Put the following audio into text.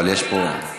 אבל אנחנו המציעים.